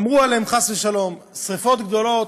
אמרו עליהן "חס ושלום"; שרפות גדולות,